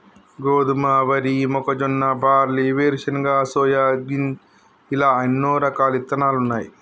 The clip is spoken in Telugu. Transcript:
గోధుమ, వరి, మొక్కజొన్న, బార్లీ, వేరుశనగ, సోయాగిన్ ఇలా ఎన్నో రకాలు ఇత్తనాలున్నాయి